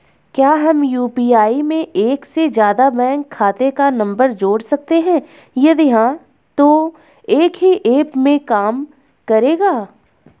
क्या हम यु.पी.आई में एक से ज़्यादा बैंक खाते का नम्बर जोड़ सकते हैं यदि हाँ तो एक ही ऐप में काम करेगा?